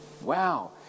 Wow